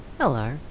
Hello